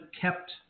kept